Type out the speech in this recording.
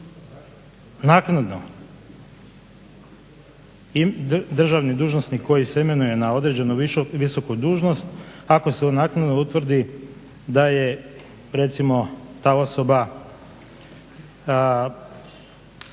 naknadno, državni dužnosnik koji se imenuje na određenu visoku dužnost, ako se naknadno utvrdi da je ta osoba,